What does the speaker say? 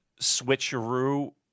switcheroo